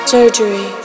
Surgery